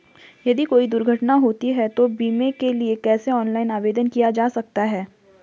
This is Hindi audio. यदि कोई दुर्घटना होती है तो बीमे के लिए कैसे ऑनलाइन आवेदन किया जा सकता है?